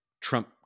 Trump